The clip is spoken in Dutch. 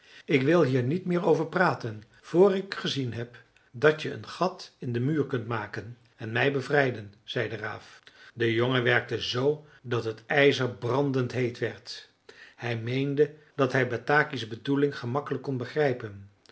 ik wil hier niet meer over praten vr ik gezien heb dat je een gat in den muur kunt maken en mij bevrijden zei de raaf de jongen werkte z dat het ijzer brandend heet werd hij meende dat hij bataki's bedoeling gemakkelijk kon begrijpen